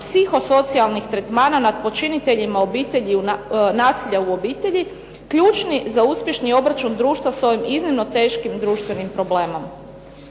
psihosocijalnih tretmana nad počiniteljima nasilja u obitelji ključni za obračun društva sa ovim iznimno teškim društvenim problemom.